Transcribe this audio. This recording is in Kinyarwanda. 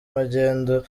magendu